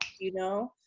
you know,